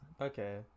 okay